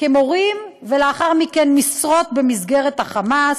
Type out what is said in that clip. כמורים, ולאחר מכן משרות במסגרת ה"חמאס".